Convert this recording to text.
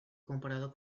comparado